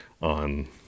on